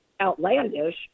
outlandish